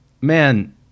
Man